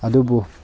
ꯑꯗꯨꯕꯨ